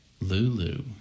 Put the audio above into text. Lulu